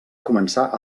començar